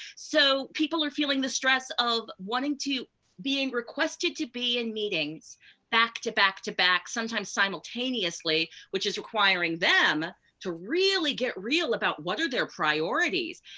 so people are feeling the stress of wanting to be requested to be in meetings back-to-back-to-back, sometimes simultaneously, which is requiring them to really get real about what are their priorities.